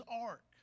ark